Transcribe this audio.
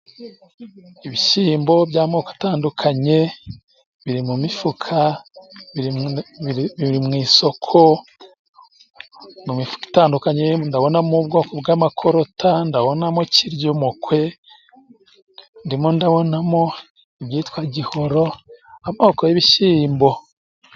Ibishyimbo by'amoko atandukanye biri mu mifuka, biri mu isoko mu mifuka itandukanye, ndabonamo bwoko bw'amakorota ndabonamo kiryumukwe, ndimo ndabonamo ibyitwa gihoro, amoko y'ibishyimbo.